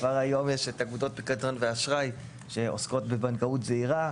כבר היום יש את אגודות --- ואשראי שעוסקות בבנקאות זעירה,